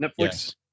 Netflix